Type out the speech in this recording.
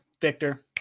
victor